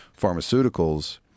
Pharmaceuticals